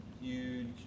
Huge